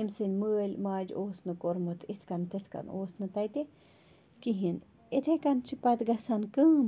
أمۍ سٕنٛدۍ مٲلۍ ماجہٕ اوس نہٕ کوٚرمُت یِتھ کٔنۍ تِتھ کٔنۍ اوس نہٕ تَتہِ کِہیٖنۍ یتھَے کَنہِ چھِ پَتہٕ گژھان کٲم